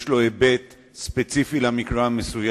יש לו היבט ספציפי של המקרה המסוים,